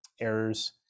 errors